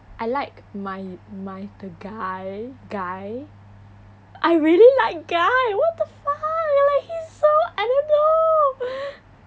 I like my my the guy guy I really like guy what the fuck like he's so I don't know